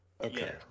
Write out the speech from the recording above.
Okay